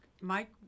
Mike